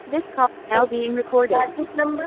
this call now being recorded